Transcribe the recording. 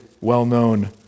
well-known